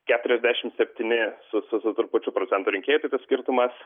keturiasdešimt septyni su trupučiu procento rinkėjų skirtumas